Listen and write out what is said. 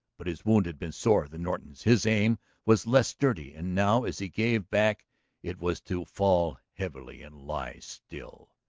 but his wound had been sorer than norton's, his aim was less steady, and now as he gave back it was to fall heavily and lie still.